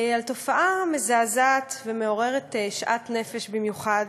על תופעה מזעזעת ומעוררות שאט נפש במיוחד,